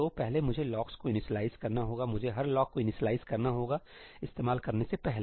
तो पहले मुझे लॉक्स को इनिशियलाइज़ करना होगामुझे हर लॉकको इनिशियलाइज़ करना होगा इस्तेमाल करने से पहले